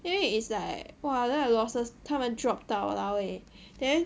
因为 is like !wah! then I losses 它们 dropped 到 !walao! eh then